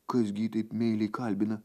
kas gi jį taip meiliai kalbina